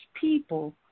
people